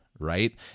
right